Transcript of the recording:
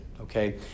okay